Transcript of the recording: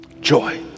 Joy